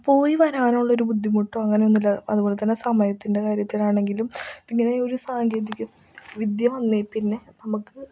പോയിവരാനുള്ളൊരു ബുദ്ധിമുട്ടോ അങ്ങനയൊന്നും ഇല്ല അതുപോലെത്തന്നെ സമയത്തിൻ്റെ കാര്യത്തിനാണെങ്കിലും ഇങ്ങനെ ഒരു സാങ്കേതികവിദ്യ വന്നതിൽപ്പിന്നെ നമുക്ക്